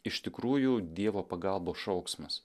iš tikrųjų dievo pagalbos šauksmas